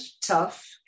tough